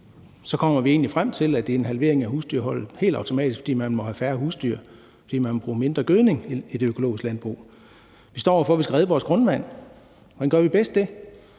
så kommer vi egentlig frem til, at det er en halvering af husdyrholdet helt automatisk, fordi man må have færre husdyr, fordi man må bruge mindre gødning i det økologiske landbrug. Vi står over for, at vi skal redde vores grundvand, og hvordan gør vi bedst det?